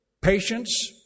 patience